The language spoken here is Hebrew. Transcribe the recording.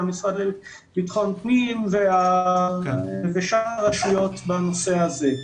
המשרד לביטחון פנים ושאר הרשויות בנושא הזה.